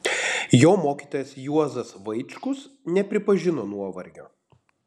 jo mokytojas juozas vaičkus nepripažino nuovargio